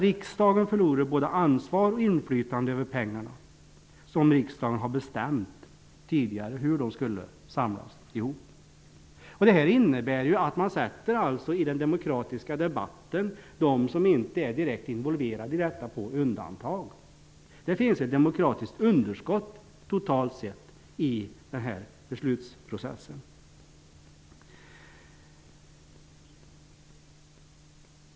Riksdagen förlorar både ansvar och inflytande över pengarna, som riksdagen tidigare har bestämt hur de skulle samlas ihop. Det här innebär ju att man i den politiska debatten sätter dem som inte är direkt involverade i detta på undantag. Det finns ett demokratiskt underskott totalt sett i den här beslutsprocessen.